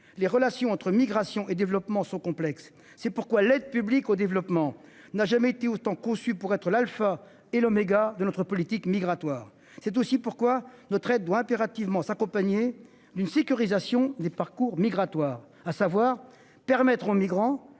les relations entre migration et développement sont complexes. C'est pourquoi l'aide publique au développement, n'a jamais été autant conçu pour être l'Alpha et l'oméga de notre politique migratoire. C'est aussi pourquoi ne traite doit impérativement s'accompagner d'une sécurisation des parcours migratoire à savoir permettre aux migrants